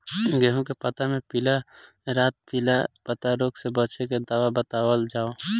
गेहूँ के पता मे पिला रातपिला पतारोग से बचें के दवा बतावल जाव?